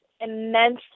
immense